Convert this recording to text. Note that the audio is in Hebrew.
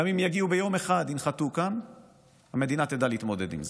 גם אם יגיעו ביום אחד וינחתו כאן המדינה תדע להתמודד עם זה,